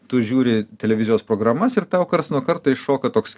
tu žiūri televizijos programas ir tau karts nuo karto iššoka toks